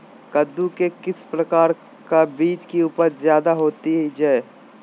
कददु के किस प्रकार का बीज की उपज जायदा होती जय?